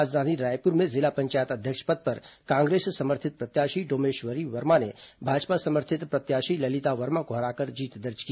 राजधानी रायपुर में जिला पंचायत अध्यक्ष पद पर कांग्रेस समर्थित प्रत्याशी डोमेश्वरी वर्मा ने भाजपा समर्थित प्रत्याशी ललिता वर्मा को हराकर जीत दर्ज की